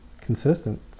consistent